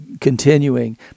continuing